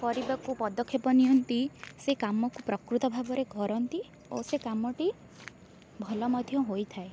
କରିବାକୁ ପଦକ୍ଷେପ ନିଅନ୍ତି ସେ କାମକୁ ପ୍ରକୃତ ଭାବରେ କରନ୍ତି ଓ ସେ କାମ ଟି ଭଲ ମଧ୍ୟ ହୋଇଥାଏ